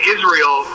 Israel